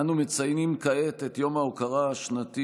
אנו מציינים כעת את יום ההוקרה השנתי